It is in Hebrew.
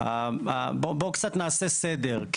בוא קצת נעשה סדר.